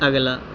ਅਗਲਾ